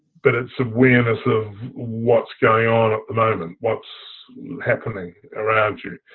but it's awareness of what's going on at the moment, what's happening around you.